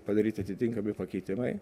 padaryti atitinkami pakeitimai